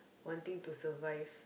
wanting to survive